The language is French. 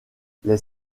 les